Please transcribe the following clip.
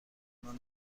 منو